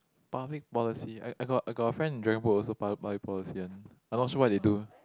public policy I I got I got a friend in dragon boat also public public policy one but not sure what they do